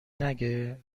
نگه